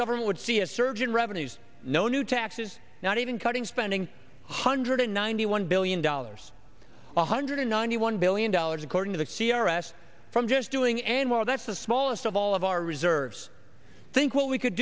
government would see a surge in revenues no new taxes not even cutting spending one hundred ninety one billion dollars one hundred ninety one billion dollars according to the c r s from just doing and while that's the smallest of all of our reserves think what we could